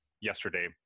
yesterday